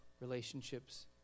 relationships